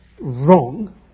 wrong